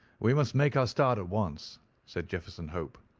we must make our start at once said jefferson hope,